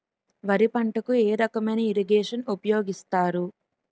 వరి పంటకు ఏ రకమైన ఇరగేషన్ ఉపయోగిస్తారు?